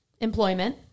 employment